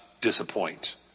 disappoint